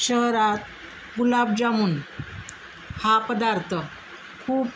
शहरात गुलाबजामून हा पदार्थ खूप